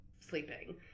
sleeping